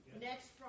Next